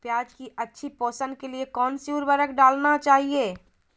प्याज की अच्छी पोषण के लिए कौन सी उर्वरक डालना चाइए?